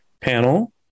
panel